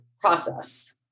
process